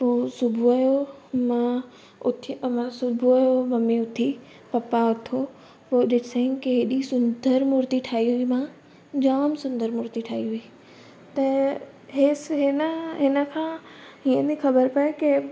पोइ सुबुह जो मां उथी अ मां सुबुह जो मम्मी उथी पप्पा उथो पोइ ॾिसईं की एॾी सुंदर मूर्ती ठाही हुई मां जाम सुंदर मूर्ती ठाही हुई त हेसि हिन हिनखां हीअं नी ख़बर पए की